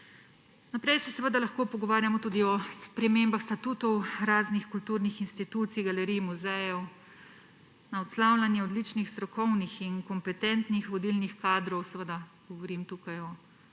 Naprej se lahko pogovarjamo tudi o spremembah statutov raznih kulturnih institucij, galerij, muzejev, na odslavljanje odličnih strokovnih in kompetentnih vodilnih kadrov, seveda govorim tukaj o